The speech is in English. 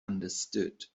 understood